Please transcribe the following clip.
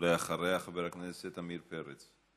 ואחריה, חבר הכנסת עמיר פרץ.